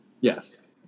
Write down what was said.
Yes